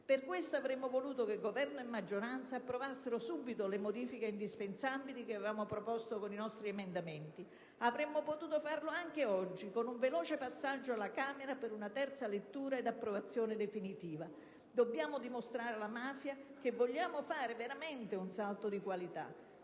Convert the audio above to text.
Per questo avremmo voluto che Governo e maggioranza approvassero subito le modifiche indispensabili che avevamo proposto con i nostri emendamenti. Avremmo potuto farlo anche oggi, con un veloce passaggio alla Camera per una terza lettura e l'approvazione definitiva. Dobbiamo dimostrare alla mafia che vogliamo fare veramente un salto di qualità,